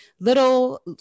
little